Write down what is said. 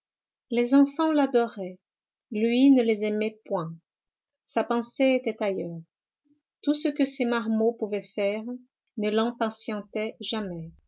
les enfants l'adoraient lui ne les aimait point sa pensée était ailleurs tout ce que ces marmots pouvaient faire ne l'impatientait jamais